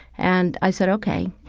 and i said, ok.